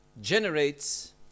generates